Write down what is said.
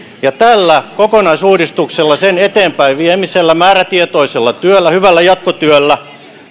ja tällä kokonaisuudistuksella sen eteenpäinviemisellä määrätietoisella työllä hyvällä jatkotyöllä